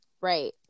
Right